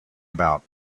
about